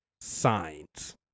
signs